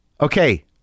Okay